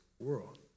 world